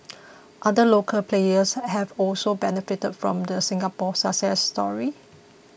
other local players have also benefited from the Singapore success story